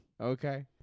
Okay